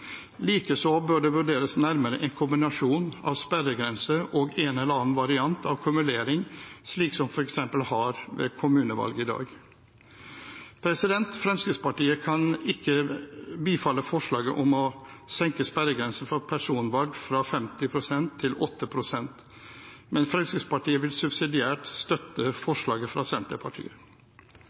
bør diskuteres nærmere, likeså bør det vurderes nærmere en kombinasjon av sperregrense og en eller annen variant av kumulering, slik som en f.eks. har ved kommunevalg i dag. Fremskrittspartiet kan ikke bifalle forslaget om å senke sperregrensen for personvalg fra 50 pst. til 8 pst., men Fremskrittspartiet vil subsidiært støtte forslaget fra Senterpartiet.